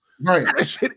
Right